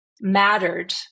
mattered